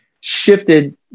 shifted